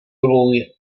lůj